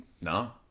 No